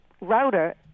router